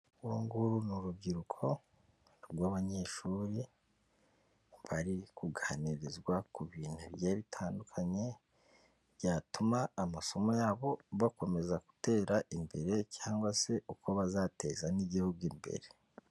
Uru nguru ni urubyiruko rw'abanyeshuri bari kuganirizwa ku bintu bigiye bitandukanye, byatuma amasomo yabo bakomeza gutera imbere cyangwa se uko bazateza n'igihugu imbere.